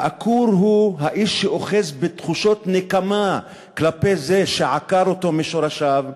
העקור הוא האיש שאוחז בתחושות נקמה כלפי זה שעקר אותו משורשיו.